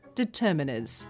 determiners